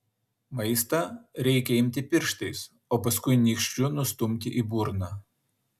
maistą reikia imti pirštais o paskui nykščiu nustumti į burną